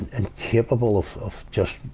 incapable of, of just.